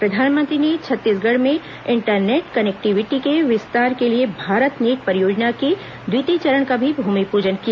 प्रधानमंत्री ने छत्तीसगढ़ में इंटरनेट कनेक्टिविटी के विस्तार के लिए भारत नेट परियोजना के द्वितीय चरण का भी भूमिपूजन किया